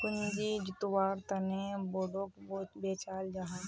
पूँजी जुत्वार तने बोंडोक बेचाल जाहा